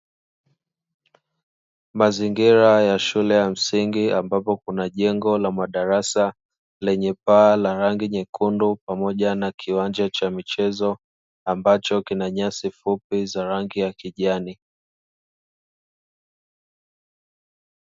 Mazingira ya shule ya msingi ambapo kuna jengo la madarasa lenye paa la rangi nyekundu, pamoja na kiwanja cha michezo ambacho kina nyasi fupi za rangi ya kijani.